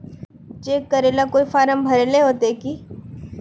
Cheque करेला कोई form भरेले होते की?